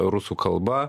rusų kalba